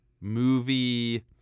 movie